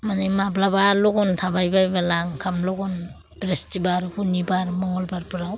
माने माब्लाबा लगन थाबायबायोब्ला ओंखाम लगन ब्रिस्टिबार बा सुनिबार मंगलबारफोराव